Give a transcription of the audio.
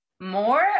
more